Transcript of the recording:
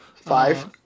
Five